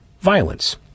violence